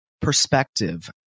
perspective